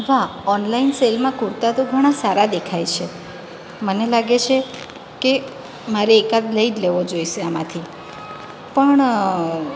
વાહ ઓનલાઈન સેલમાં કુર્તા તો ઘણા સારા દેખાય છે મને લાગે છે કે મારે એકાદ લઈ જ લેવો જોઈએ આમાંથી પણ